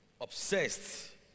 obsessed